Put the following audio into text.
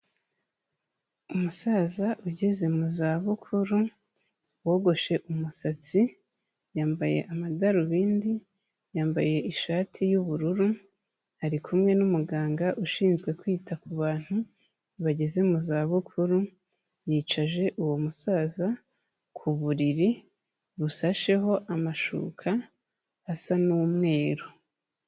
Umusaza ugeze mu zabukuru wogoshe umusatsi, yambaye amadarubindi, yambaye ishati y'ubururu ari kumwe n'umuganga ushinzwe kwita ku bantu bageze mu zabukuru, yicaje uwo musaza ku buriri busasheho amashuka asa n'umweru.